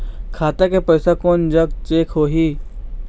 खाता के पैसा कोन जग चेक होही?